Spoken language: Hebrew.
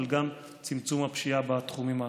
אבל גם צמצום הפשיעה בתחומים האחרים.